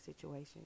situation